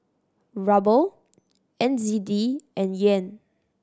Ruble N Z D and Yen